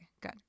good